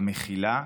המכילה,